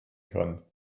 kann